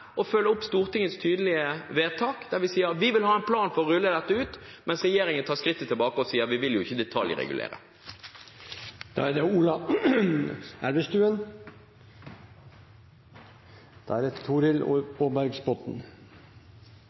å følge opp Stortingets tydelige vedtak, der vi sier at vi vil ha en plan for å rulle dette ut, mens regjeringen tar et skritt tilbake og sier at vi vil jo ikke detaljregulere. For det første synes jeg det